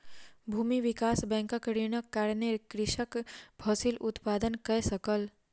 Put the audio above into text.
भूमि विकास बैंकक ऋणक कारणेँ कृषक फसिल उत्पादन कय सकल